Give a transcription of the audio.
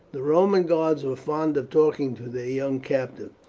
the roman guards were fond of talking to their young captive.